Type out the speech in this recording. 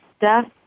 death